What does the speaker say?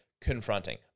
confronting